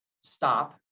stop